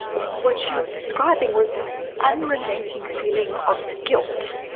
what she was describing was this unrelenting feeling of guilt.